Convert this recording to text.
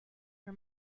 for